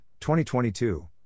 2022